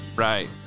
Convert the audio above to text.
Right